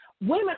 Women